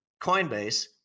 coinbase